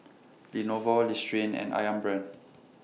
Lenovo Listerine and Ayam Brand